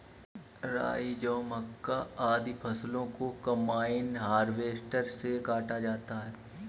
राई, जौ, मक्का, आदि फसलों को कम्बाइन हार्वेसटर से काटा जाता है